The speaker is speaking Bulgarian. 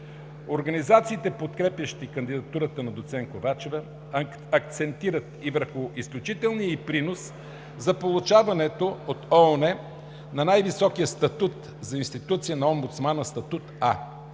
Организациите, подкрепящи кандидатурата на доцент Ковачева, акцентират и върху изключителния ѝ принос за получаването от ООН на най-високия статут за институцията на Омбудсмана – статут „А“.